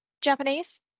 Japanese –